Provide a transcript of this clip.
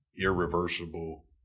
irreversible